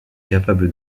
capables